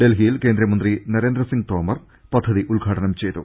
ഡൽഹിയിൽ കേന്ദ്രമന്ത്രി നരേന്ദ്രസിംഗ് തോമർ പദ്ധതി ഉദ്ഘാ ടനം ചെയ്തു